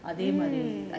அதேமாரி:athaemaari